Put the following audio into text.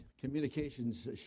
communications